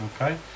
Okay